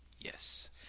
Yes